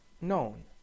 known